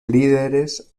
líderes